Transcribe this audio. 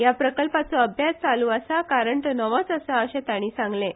ह्या प्रकल्पाचो अभ्यास चालू आसा कारण तो नवोच आसा अशेंय तांणी सांगलें